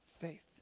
Faith